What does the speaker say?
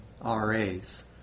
RAs